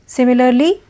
Similarly